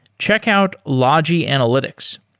check out logi analytics.